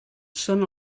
són